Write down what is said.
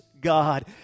God